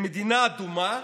למדינה אדומה,